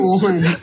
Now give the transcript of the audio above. one